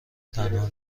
تنها